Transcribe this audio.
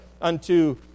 unto